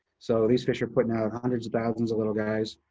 so these fish are putting out hundreds of thousands of little guys,